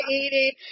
eating